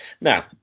now